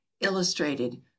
illustrated